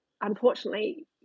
unfortunately